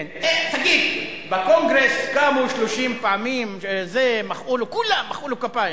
תגיד, בקונגרס קמו 30 פעמים, כולם מחאו לו כפיים.